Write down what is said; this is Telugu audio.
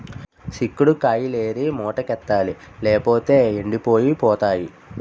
సిక్కుడు కాయిలేరి మూటకెత్తాలి లేపోతేయ్ ఎండిపోయి పోతాయి